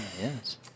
yes